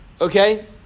Okay